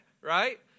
right